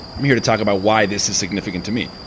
i'm here to talk about why this is significant to me.